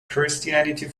christianity